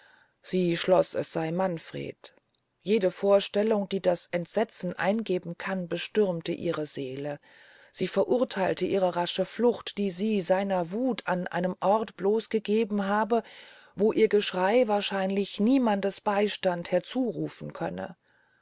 sie schloß es sey manfred jede vorstellung die das entsetzen eingeben kann bestürmte ihre seele sie verurtheilte ihre rasche flucht die sie seiner wuth an einem ort blos gegeben habe wo ihr geschrey wahrscheinlich niemandes beistand herzurufen könne